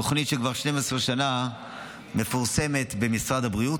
תוכנית שכבר 12 שנה מפורסמת במשרד הבריאות.